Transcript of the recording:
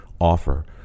offer